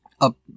up